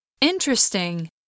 interesting